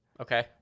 Okay